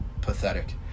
pathetic